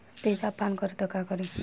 तेजाब पान करी त का करी?